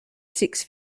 six